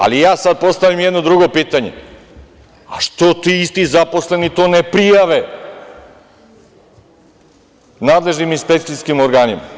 Ali, ja sad postavljam jedno drugo pitanje – a što ti isti zaposleni to ne prijave nadležnim inspekcijskim organima?